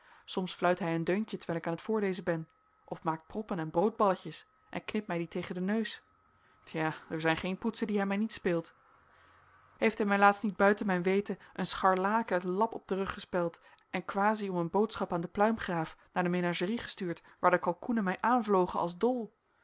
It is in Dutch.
soms fluit hij een deuntje terwijl ik aan t voorlezen ben of maakt proppen en broodballetjes en knipt mij die tegen den neus ja er zijn geen poetsen die hij mij niet speelt heeft hij mij laatst niet buiten mijn weten een scharlaken lap op den rug gespeld en quasi om een boodschap aan den pluimgraaf naar de menagerie gestuurd waar de kalkoenen mij aanvlogen als dol